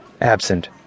absent